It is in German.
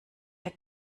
der